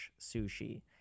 sushi